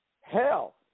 Hell